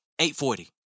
840